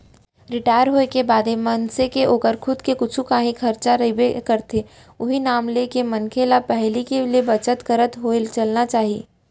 retire होए के बादो मनसे के ओकर खुद के कुछु कांही खरचा रहिबे करथे उहीं नांव लेके मनखे ल पहिली ले बचत करत होय चलना चाही